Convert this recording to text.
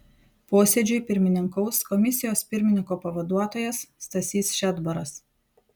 posėdžiui pirmininkaus komisijos pirmininko pavaduotojas stasys šedbaras